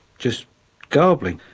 just garbling.